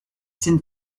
sind